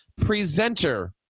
presenter